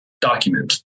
document